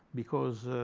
because